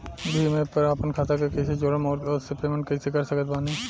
Bhim app पर आपन खाता के कईसे जोड़म आउर ओसे पेमेंट कईसे कर सकत बानी?